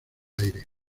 aire